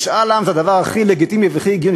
משאל עם זה הדבר הכי לגיטימי והכי הגיוני.